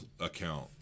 account